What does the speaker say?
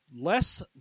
less